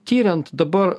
tiriant dabar